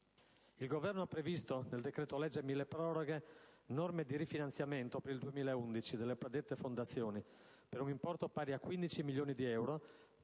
Il Governo ha previsto nel decreto‑legge cosiddetto milleproroghe norme di rifinanziamento per il 2011 di tali fondazioni, per un importo pari a 15 milioni di euro